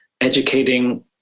educating